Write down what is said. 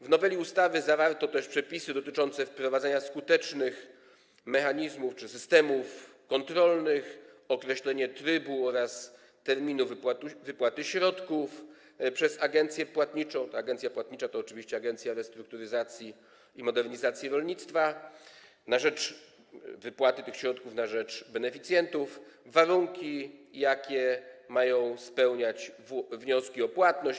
W noweli ustawy zawarto też przepisy dotyczące wprowadzania skutecznych mechanizmów czy systemów kontrolnych, określenie trybu oraz terminu wypłaty środków przez agencję płatniczą - ta agencja płatnicza to oczywiście Agencja Restrukturyzacji i Modernizacji Rolnictwa - na rzecz wypłaty tych środków na rzecz beneficjentów, warunki, jakie mają spełniać wnioski o płatność